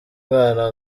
mwana